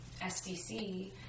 SDC